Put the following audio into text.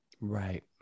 Right